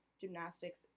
gymnastics